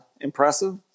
impressive